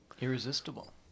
Irresistible